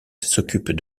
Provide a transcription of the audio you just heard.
s’occupe